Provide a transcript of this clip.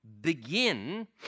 begin